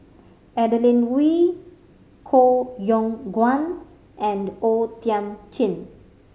Adeline Ooi Koh Yong Guan and O Thiam Chin